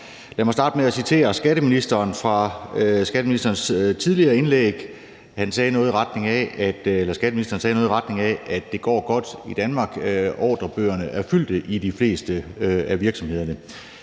Lad mig starte med at citere skatteministeren fra skatteministerens tidligere indlæg. Han sagde noget i retning af, at det går godt i Danmark, og at ordrebøgerne er fyldte i de fleste af virksomhederne.